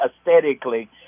aesthetically